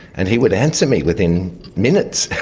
and he would answer me within minutes